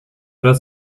other